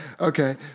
Okay